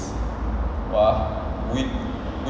what ah week